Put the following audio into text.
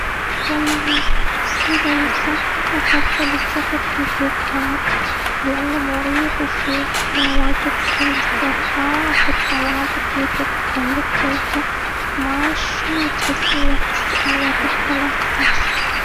أفضل وسيلة للسفر؟ أفضل السفر في القطار. لأنه مريح وفيه وقت للإسترخاء. أحب المناظر اللي تطلع لك وانت ماشي، وتحس إنك جزء من الرحلة نفسها.